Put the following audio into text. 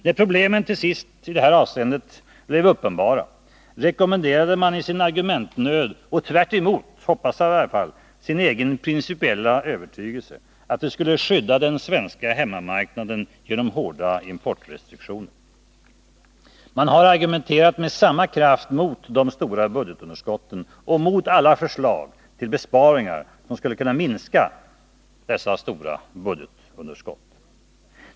När problemen till sist i det här avseendet blev uppenbara rekommenderade man i sin argumentnöd och tvärt emot, hoppas jag i varje fall, sin egen principiella övertygelse, att vi skulle skydda den svenska hemmamarknaden med hårda importrestriktioner. Man har argumenterat med samma kraft emot de stora budgetunderskotten och mot alla förslag till besparingar som skulle kunna minska dessa stora budgetunderskott.